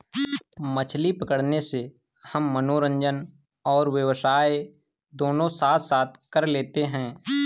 मछली पकड़ने से हम मनोरंजन और व्यवसाय दोनों साथ साथ कर लेते हैं